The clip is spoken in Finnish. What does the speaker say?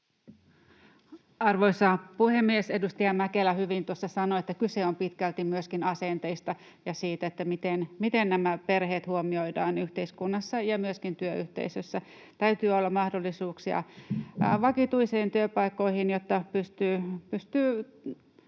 Arvoisa puhemies! Edustaja Mäkelä hyvin tuossa sanoi, että kyse on pitkälti myöskin asenteista ja siitä, miten nämä perheet huomioidaan yhteiskunnassa ja myöskin työyhteisössä. Täytyy olla mahdollisuuksia vakituisiin työpaikkoihin, jotta pystyy